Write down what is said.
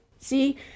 See